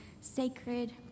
sacred